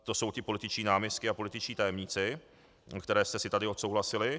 To jsou ti političtí náměstci a političtí tajemníci, které jste si tady odsouhlasili.